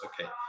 Okay